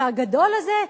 הגדול הזה,